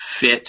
fit